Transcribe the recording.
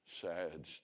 sad